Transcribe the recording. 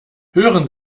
hören